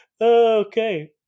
Okay